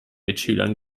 mitschülern